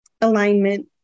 Alignment